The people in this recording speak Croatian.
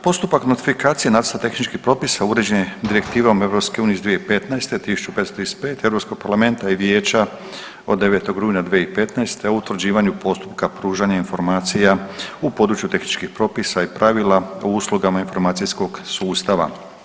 Postupak notifikacije nacrta tehničkih propisa uređen je Direktivom EU iz 2015. 1535 Europskog parlamenta i vijeća od 9. rujna 2015. o utvrđivanju postupka pružanja informacija u području tehničkih propisa i pravila o uslugama informacijskog sustava.